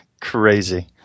Crazy